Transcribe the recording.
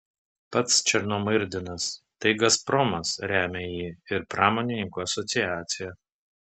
pats černomyrdinas tai gazpromas remia jį ir pramonininkų asociacija